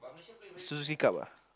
Suzuki-Cup ah